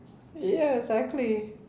ya exactly